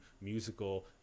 musical